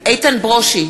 איתן ברושי,